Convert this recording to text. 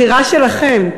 בחירה שלכם.